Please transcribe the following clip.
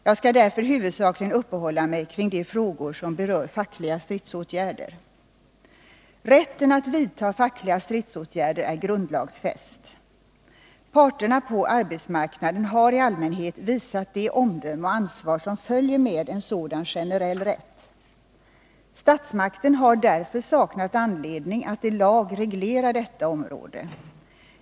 Jag skall huvudsakligen uppehålla mig vid de frågor som berör fackliga stridsåtgärder. Rätten att vidta fackliga stridsåtgärder är grundlagsfäst. Parterna på arbetsmarknaden har i allmänhet visat det omdöme och ansvar som följer med en sådan generell rätt. Statsmakten har därför saknat anledning att i lag reglera detta område.